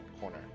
corner